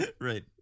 Right